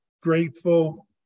grateful